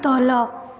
ତଳ